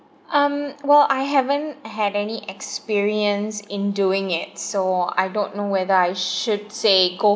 um well I haven't had any experience in doing it so I don't know whether I should say go